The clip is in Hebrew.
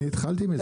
אני התחלתי מזה.